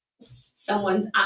someone's